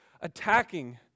attacking